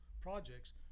projects